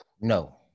No